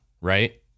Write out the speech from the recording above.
right